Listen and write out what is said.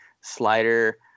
slider